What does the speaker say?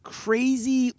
crazy